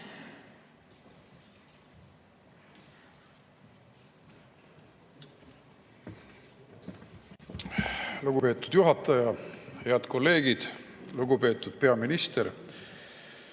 Lugupeetud juhataja! Head kolleegid! Lugupeetud peaminister!